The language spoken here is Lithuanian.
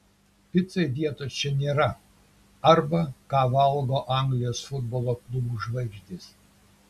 picai vietos čia nėra arba ką valgo anglijos futbolo klubų žvaigždės